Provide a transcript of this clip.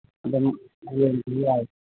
ꯑꯗꯨꯝ ꯌꯦꯡꯕ ꯌꯥꯏ